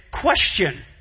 question